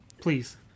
please